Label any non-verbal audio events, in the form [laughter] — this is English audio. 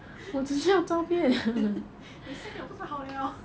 [laughs] 你 send 我不是好了